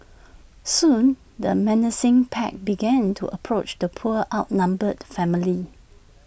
soon the menacing pack began to approach the poor outnumbered family